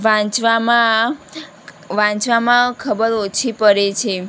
વાંચવામાં વાંચવામાં ખબર ઓછી પડે છે